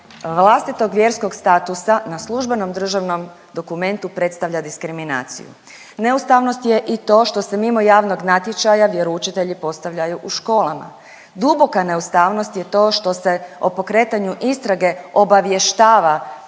vlastitog vjerskog statusa na službenom državnom dokumentu predstavlja diskriminaciju. Neustavnost je i to što se mimo javnog natječaja vjeroučitelji postavljaju u školama, duboka neustavnost je to što se o pokretanju istrage obavještava crkvenu